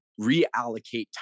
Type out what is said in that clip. reallocate